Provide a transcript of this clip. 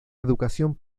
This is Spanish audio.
educación